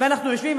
אנחנו יושבים,